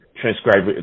transcribe